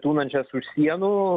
tūnančios už sienų